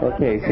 Okay